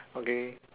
okay